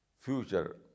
future